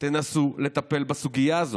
תנסו לטפל בסוגיה הזאת.